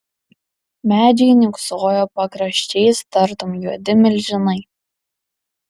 medžiai niūksojo pakraščiais tartum juodi milžinai